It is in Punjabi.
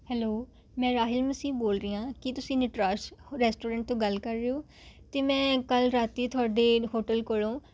ਹੈਲੋ ਮੈਂ ਰਾਹੀਲ ਮਸੀ ਬੋਲ ਰਹੀ ਹਾਂ ਕੀ ਤੁਸੀਂ ਨਟਰਾਜ ਰੈਸਟੋਰੈਂਟ ਤੋਂ ਗੱਲ ਕਰ ਰਹੇ ਹੋ ਅਤੇ ਮੈਂ ਕੱਲ੍ਹ ਰਾਤ ਤੁਹਾਡੇ ਹੋਟਲ ਕੋਲੋਂ